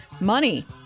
money